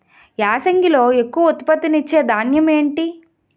యాసంగిలో ఎక్కువ ఉత్పత్తిని ఇచే ధాన్యం ఏంటి?